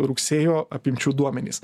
rugsėjo apimčių duomenys